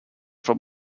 from